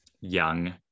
young